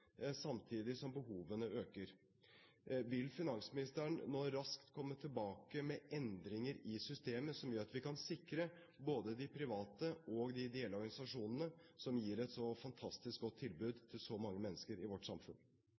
samtidig som behovene øker. Vil finansministeren nå raskt komme tilbake med endringer i systemet som gjør at vi kan sikre både de private og de ideelle organisasjonene, som gir et så fantastisk godt tilbud til så mange mennesker i vårt samfunn?